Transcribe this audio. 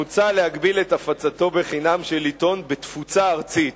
מוצע להגביל את הפצתו בחינם של עיתון "בתפוצה ארצית".